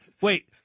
Wait